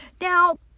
Now